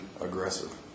aggressive